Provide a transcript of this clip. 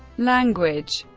language